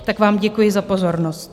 Tak vám děkuji za pozornost.